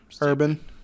Urban